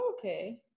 okay